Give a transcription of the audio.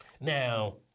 Now